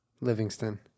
Livingston